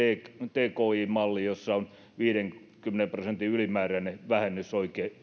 tki malli jossa on viidenkymmenen prosentin ylimääräinen vähennysoikeus